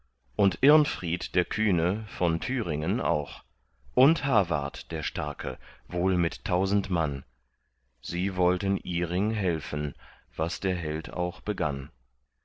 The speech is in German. und irnfried der kühne von thüringen auch und hawart der starke wohl mit tausend mann sie wollten iring helfen was der held auch begann